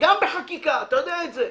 גם בחקיקה, אתה יודע את זה,